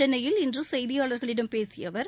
சென்னையில் இன்று செய்தியாளர்களிடம் பேசிய அவர்